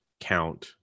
count